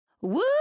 Woo